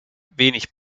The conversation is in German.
wenig